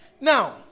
Now